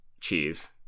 cheese